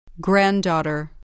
Granddaughter